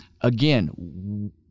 Again